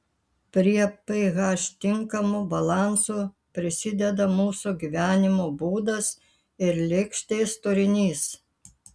prie ph tinkamo balanso prisideda mūsų gyvenimo būdas ir lėkštės turinys